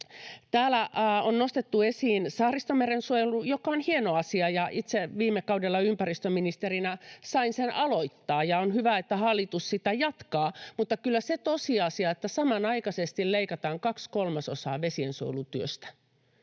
Täällä on nostettu esiin Saaristomeren suojelu, joka on hieno asia. Itse viime kaudella ympäristöministerinä sain sen aloittaa, ja on hyvä, että hallitus sitä jatkaa. Mutta kyllä se tosiasia, että samanaikaisesti leikataan kaksi kolmasosaa vesiensuojelutyöstä,